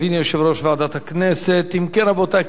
אם כן, רבותי, כפי שנאמר, להצעת חוק זו